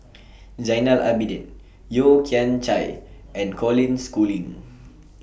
Zainal Abidin Yeo Kian Chai and Colin Schooling